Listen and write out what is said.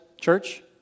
church